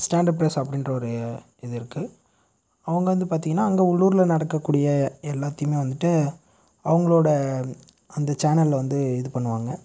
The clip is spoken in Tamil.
ஸ்டாண்டர்ட் பிரஸ் அப்டின்ற ஒரு இது இருக்குது அவங்க வந்து பார்த்தீங்கன்னா அங்கே உள்ளூரில் நடக்கக்கூடிய எல்லாத்தையும் வந்துட்டு அவங்களோட அந்த சேனயில் வந்து இது பண்ணுவாங்க